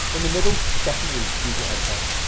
in the middle definitely use your headphones.